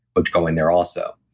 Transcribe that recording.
but to go in there also.